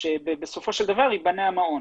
שבסופו של דבר ייבנה המעון.